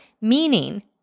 meaning